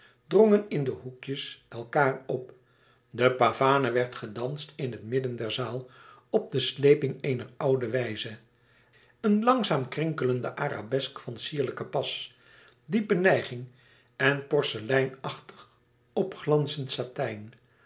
drongen in de hoekjes elkaâr op de pavane werd gedanst in het midden der zaal op de sleeping eener oude wijze een langzaam krinkelende arabesk van sierlijke pas diepe nijging en porceleinachtig opglansend satijn